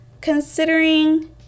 Considering